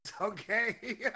Okay